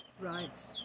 Right